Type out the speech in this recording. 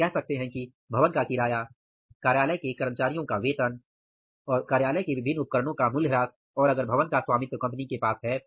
आप कह सकते हैं कि भवन का किराया कर्मचारियों का वेतन कार्यालय के विभिन्न उपकरणों का मूल्यह्रास और अगर भवन का स्वामित्व कंपनी के पास है